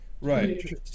Right